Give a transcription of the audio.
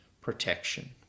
protection